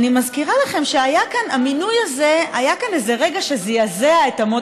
אני מזכירה לכם שהיה כאן איזה רגע שזעזע את אמות